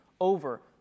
over